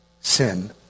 sin